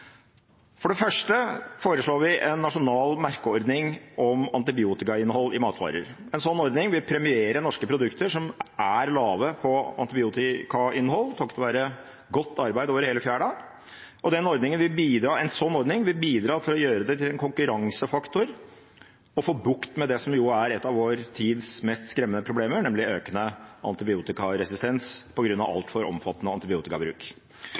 For det første foreslår vi en nasjonal merkeordning om antibiotikainnhold i matvarer. En sånn ordning vil premiere norske produkter som er lave på antibiotikainnhold takket være godt arbeid over hele fjøla, og en sånn ordning vil bidra til å gjøre det til en konkurransefaktor å få bukt med det som jo er et av vår tids mest skremmende problemer, nemlig økende antibiotikaresistens på grunn av altfor omfattende antibiotikabruk.